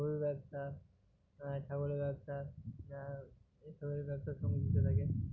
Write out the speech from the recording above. গরুর ব্যবসা ছাগলের ব্যবসা তারা এ সবের ব্যবসার সঙ্গে যুক্ত থাকে